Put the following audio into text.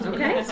Okay